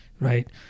Right